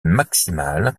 maximale